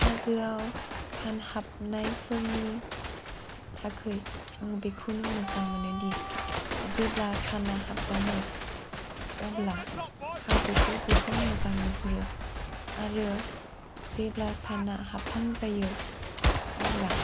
हाजोआव सान हाबनायफोरनि थाखाय आं बिखौनो मोजां मोनोदि जेब्ला साना हाबलाङो अब्ला हाजोखौ जोबोद मोजां नुहुरो आरो जेब्ला साना हाबहां जायो अब्ला